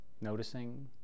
Noticing